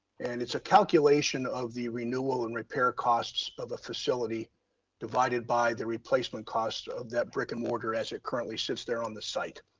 and it's a calculation of the renewal and repair costs of the facility divided by the replacement cost of that brick and mortar as it currently sits there on the site.